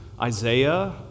Isaiah